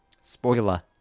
Spoiler